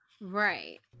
Right